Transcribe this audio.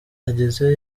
agezeyo